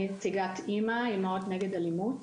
אני נציגת אמ"א אימהות נגד אלימות.